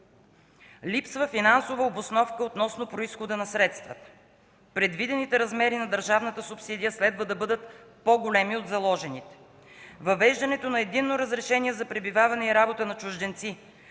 липсва финансова обосновка относно произхода на средствата; предвидените размери на държавната субсидия следва да бъдат по-големи от заложените; въвеждането на единно разрешение за пребиваване и работа на чужденци